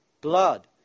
blood